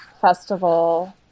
festival